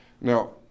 Now